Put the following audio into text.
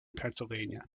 pennsylvania